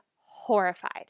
horrified